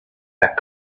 that